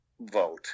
vote